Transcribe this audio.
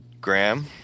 Graham